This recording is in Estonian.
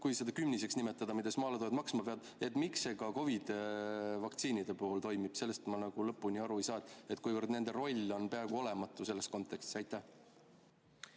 kui seda kümniseks nimetada, mida maaletoojad maksma peavad, see ka COVID‑i vaktsiinide puhul toimub? Sellest ma nagu lõpuni aru ei saa, kuivõrd nende roll on peaaegu olematu selles kontekstis. Aitäh!